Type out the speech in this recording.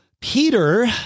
Peter